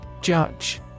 Judge